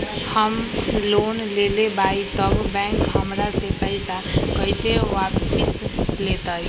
हम लोन लेलेबाई तब बैंक हमरा से पैसा कइसे वापिस लेतई?